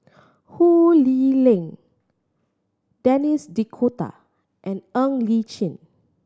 Ho Lee Ling Denis D'Cotta and Ng Li Chin